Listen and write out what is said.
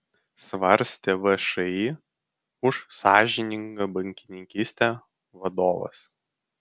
svarstė všį už sąžiningą bankininkystę vadovas